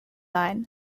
line